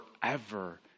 forever